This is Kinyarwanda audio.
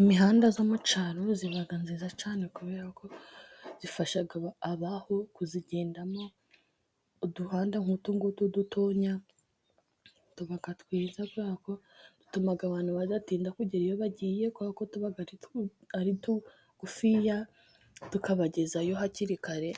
Imihanda yo mu cyaro iba myiza cyane kubera ko ifasha abaho kuyigendamo. Uduhanda nk'utu ngutu dutoya tuba twiza kubera ko dutuma abantu badatinda kugera iyo bagiye, kubera ko tuba ari tugufiya, tukabagezayo hakiri kare